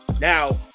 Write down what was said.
Now